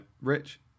Rich